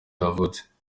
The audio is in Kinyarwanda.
yavutse